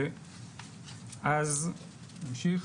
אז נמשיך.